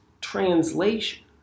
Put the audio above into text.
translation